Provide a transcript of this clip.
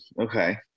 Okay